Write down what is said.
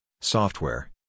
software